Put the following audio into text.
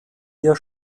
ihrer